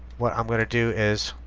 what i'm going to do is